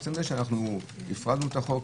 מהבחינה שהפרדנו את החוק,